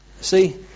See